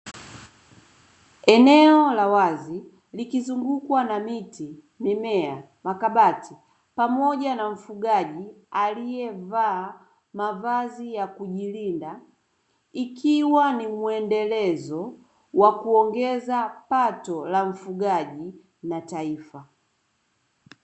Eneo la wazi likizungukwa na miti, mimea, makabati pamoja na mfugaji alievaa mavazi ya kujilinda ikiwa ni muendelezo wa kuongeza pato la mfugaji na taifa.